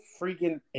freaking